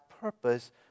purpose